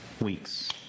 weeks